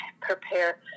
prepare